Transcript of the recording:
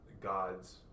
gods